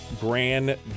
Grand